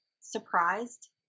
surprised